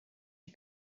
die